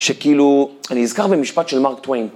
שכאילו, אני נזכר במשפט של מרק טוויין.